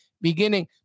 beginning